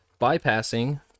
Bypassing